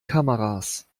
kameras